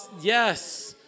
Yes